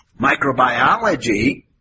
microbiology